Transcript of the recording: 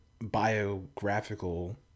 biographical